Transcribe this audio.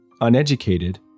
uneducated